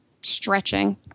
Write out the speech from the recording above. stretching